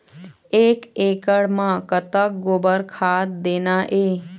एक एकड़ म कतक गोबर खाद देना ये?